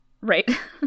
Right